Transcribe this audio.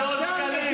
אדון שקלים,